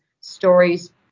Stories